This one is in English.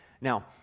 Now